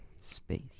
Space